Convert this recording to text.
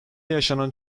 yaşanan